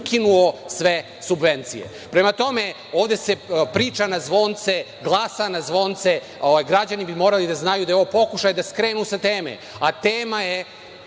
ukinuo sve subvencije. Prema tome, ovde se priča na zvonce, glasa na zvonce. Građani bi morali da znaju da je ovo pokušaj da skrenu sa teme, a tema je